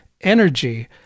energy